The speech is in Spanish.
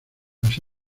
las